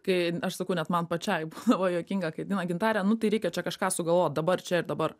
kai aš sakau net man pačiai būdavo juokinga kai ateina gintare nu tai reikia čia kažką sugalvot dabar čia ir dabar